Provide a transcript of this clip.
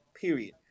period